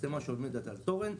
זאת מצלמה שעומדת על תורן,